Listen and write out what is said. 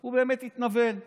הוא באמת התנוון.